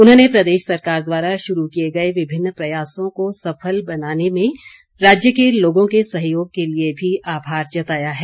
उन्होंने प्रदेश सरकार द्वारा शुरू किए गए विभिन्न प्रयासों को सफल बनाने में राज्य के लोगों के सहयोग के लिए भी आभार जताया है